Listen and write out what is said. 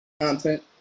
content